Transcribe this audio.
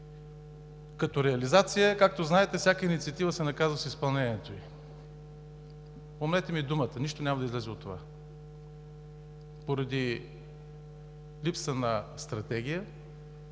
Като реализация, както знаете, всяка инициатива се наказва с изпълнението й. Помнете ми думата – нищо няма да излезе от това поради липса на стратегия,